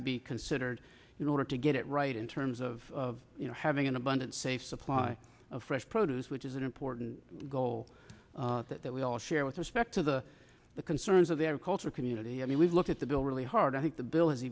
to be considered in order to get it right in terms of you know having an abundant safe supply of fresh produce which is an important goal that we all share with respect to the the concerns of the agricultural community i mean we look at the bill really hard i think the bill